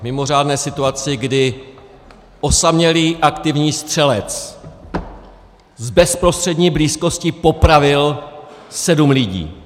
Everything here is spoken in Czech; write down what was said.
Mimořádné situaci, kdy osamělý aktivní střelec z bezprostřední blízkosti popravil sedm lidí.